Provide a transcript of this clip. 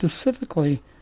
specifically